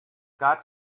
got